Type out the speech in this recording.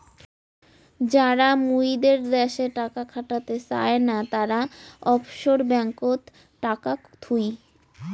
যারা মুইদের দ্যাশে টাকা খাটাতে চায় না, তারা অফশোর ব্যাঙ্ককোত টাকা থুই